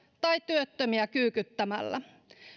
tai työttömiä kyykyttämällä